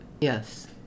Yes